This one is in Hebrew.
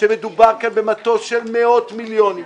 שמדובר כאן במטוס של מאות מיליונים,